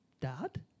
Dad